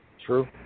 True